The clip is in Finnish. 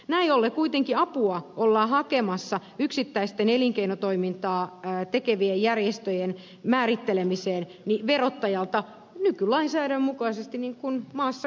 näin ollen kuitenkin apua ollaan hakemassa yksittäisten elinkeinotoimintaa tekevien järjestöjen määrittelemiseen verottajalta nykylainsäädännön mukaisesti niin kuin maassa kuuluukin